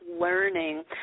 learning